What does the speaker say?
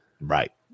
Right